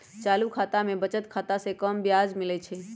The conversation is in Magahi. चालू खता में बचत खता से कम ब्याज मिलइ छइ